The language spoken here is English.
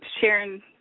Sharon